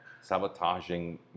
sabotaging